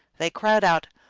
they cried out,